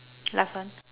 last one